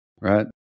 right